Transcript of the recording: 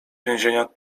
więzienia